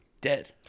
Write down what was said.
dead